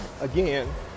again